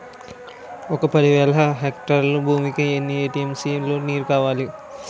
ఒక పది వేల హెక్టార్ల భూమికి ఎన్ని టీ.ఎం.సీ లో నీరు కావాలి?